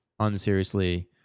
unseriously